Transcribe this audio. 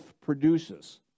produces